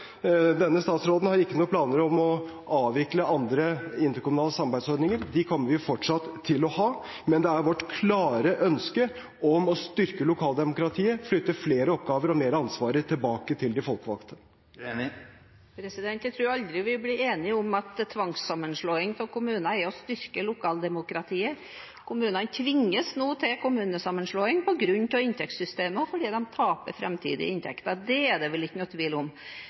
denne statsråden har ikke noen planer om å avvikle andre interkommunale samarbeidsordninger. De kommer vi fortsatt til å ha, men det er vårt klare ønske å styrke lokaldemokratiet og flytte flere oppgaver og mer av ansvaret tilbake til de folkevalgte. Jeg tror aldri vi blir enige om at tvangssammenslåing av kommuner er å styrke lokaldemokratiet. Kommunene tvinges nå til kommunesammenslåing på grunn av inntektssystemet, og fordi de taper framtidige inntekter. Det er det vel ingen tvil om.